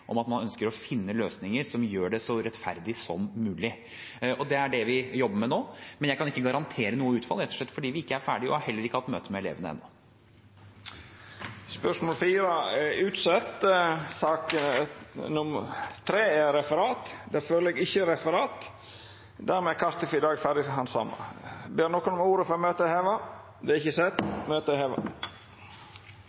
om at man ønsker å finne løsninger som gjør det så rettferdig som mulig. Det er det vi jobber med nå. Men jeg kan ikke garantere noe utfall, rett og slett fordi vi ikke er ferdige, og fordi vi heller ikke har hatt møte med elevene ennå. Dette spørsmålet er utsett til neste spørjetime. Dermed er sak nr. 2 over. Det ligg ikkje føre noko referat. Dermed er kartet for i dag ferdig handsama. Ber nokon om ordet før møtet er heva?